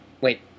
Wait